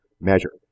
measure